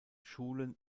schulen